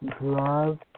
Love